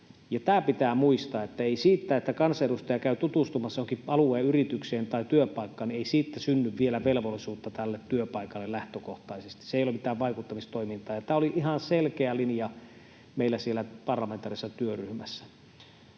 Tämä pitää muistaa, ettei siitä, että kansanedustaja käy tutustumassa johonkin alueen yritykseen tai työpaikkaan, synny vielä velvollisuutta tälle työpaikalle lähtökohtaisesti. Se ei ole mitään vaikuttamistoimintaa. Tämä oli ihan selkeä linja meillä siellä parlamentaarisessa työryhmässä.